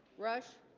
rush